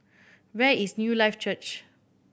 where is Newlife Church